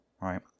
right